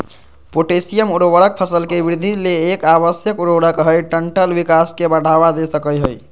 potassium उर्वरक फसल के वृद्धि ले एक आवश्यक उर्वरक हई डंठल विकास के बढ़ावा दे सकई हई